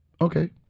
Okay